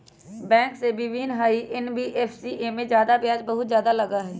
Bank से भिन्न हई एन.बी.एफ.सी इमे ब्याज बहुत ज्यादा लगहई?